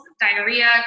diarrhea